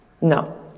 No